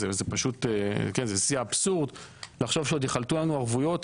זה פשוט שיא האבסורד לחשוב שעוד יחלטו לנו ערבויות,